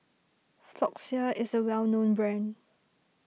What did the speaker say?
Floxia is a well known brand